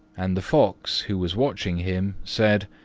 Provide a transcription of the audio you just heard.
and the fox, who was watching him, said,